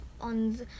on